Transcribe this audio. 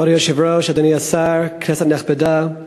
כבוד היושב-ראש, אדוני השר, כנסת נכבדה,